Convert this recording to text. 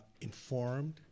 informed